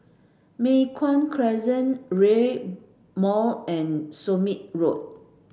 Mei Hwan Crescent Rail Mall and Somme Road